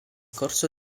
corso